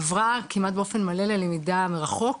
עברה כמעט באופן מלא ללמידה מרחוק,